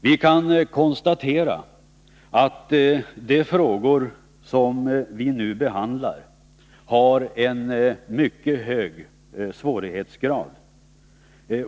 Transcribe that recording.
Vi kan konstatera att de frågor som nu behandlas har en mycket hög svårighetsgrad.